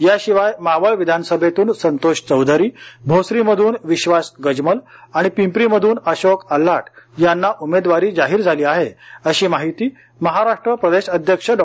याशिवाय मावळ विधानसभेतून संतोष चौधरी भोसरीमधून विश्वास गजमल आणि पिंपरीमध्रन अशोक आल्हाट यांना उमेदवारी जाहीर झाली आहे अशी माहिती महाराष्ट्र प्रदेश अध्यक्ष डॉ